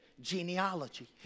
genealogy